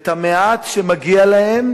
ואת המעט שמגיע להם